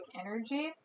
energy